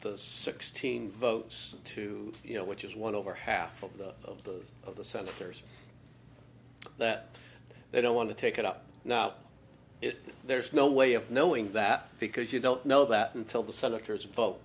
sixteen votes to you know which is one over half of the of those of the senators that they don't want to take it up now it there's no way of knowing that because you don't know that until the senators vote